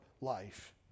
life